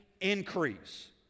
increase